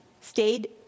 stayed